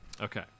Okay